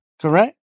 Correct